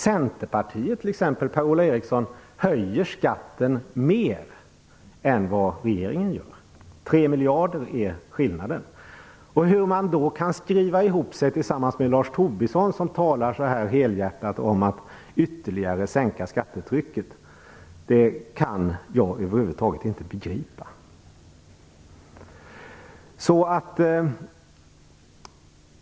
Centerpartiet, med Per-Ola Eriksson, höjer skatten mer än vad regeringen gör - skillnaden är 3 miljarder. Hur man då kan skriva ihop sig med Lars Tobisson, som talar så helhjärtat om att ytterligare sänka skattetrycket, kan jag över huvud taget inte begripa.